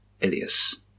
Ilias